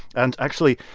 and actually,